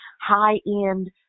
high-end